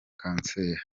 kanseri